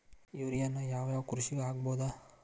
ಯೂರಿಯಾನ ಯಾವ್ ಯಾವ್ ಕೃಷಿಗ ಹಾಕ್ಬೋದ?